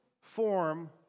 form